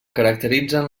caracteritzen